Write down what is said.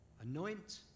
anoint